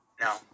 No